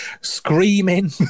screaming